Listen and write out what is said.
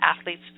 athlete's